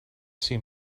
see